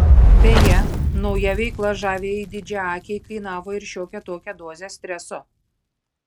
beje nauja veikla žaviajai didžiaakei kainavo ir šiokią tokią dozę streso